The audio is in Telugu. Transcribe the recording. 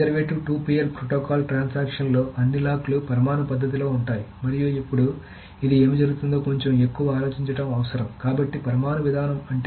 కన్జర్వేటివ్ 2PL ప్రోటోకాల్ ట్రాన్సాక్షన్ లో అన్ని లాక్ లు పరమాణు పద్ధతిలో ఉంటాయి మరియు ఇప్పుడు ఇది ఏమి జరుగుతుందో కొంచెం ఎక్కువ ఆలోచించడం అవసరం కాబట్టి పరమాణు విధానం అంటే ఏమిటి